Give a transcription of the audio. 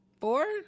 four